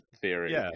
theory